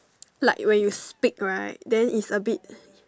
like when you speak right then is a bit